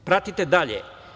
Pratite dalje.